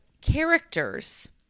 characters